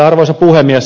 arvoisa puhemies